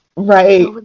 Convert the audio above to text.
right